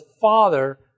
Father